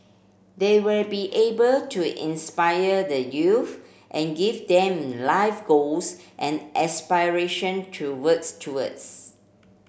they will be able to inspire the youth and give them life goals and aspiration to works towards